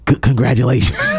Congratulations